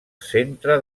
centre